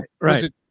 right